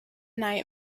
night